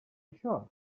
això